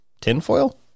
tinfoil